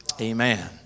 Amen